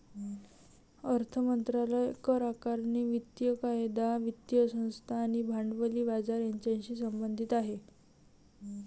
अर्थ मंत्रालय करआकारणी, वित्तीय कायदा, वित्तीय संस्था आणि भांडवली बाजार यांच्याशी संबंधित आहे